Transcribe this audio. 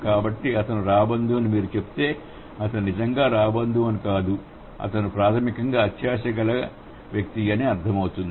కాబట్టి అతను రాబందు అని మీరు చెబితే అతను నిజంగా రాబందు అని అర్ధం కాదు అతను ప్రాథమికంగా అత్యాశగల వ్యక్తి అని అర్థమవుతుంది